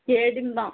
கேடிம் தான்